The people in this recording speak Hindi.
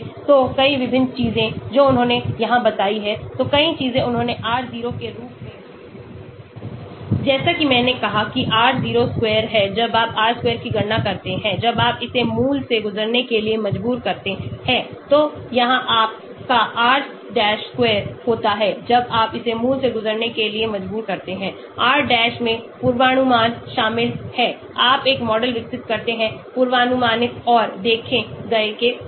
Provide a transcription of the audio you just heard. तो कई विभिन्न चीजें जो उन्होंने यहां बताई हैं तो कई चीजें उन्होंने r0 के रूप मेंजैसा कि मैंने कहा कि r0 square है जब आप r square की गणना करते हैं जब आप इसे मूल से गुजरने के लिए मजबूर करते हैं तो यहां आपका r डैश square होता है जब आप इसे मूल से गुजरने के लिए मजबूर करते हैं r डैश में पूर्वानुमान शामिल है आप एक मॉडल विकसित करते हैं पूर्वानुमानित और देखे गए के बीच